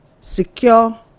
Secure